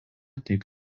tik